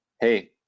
hey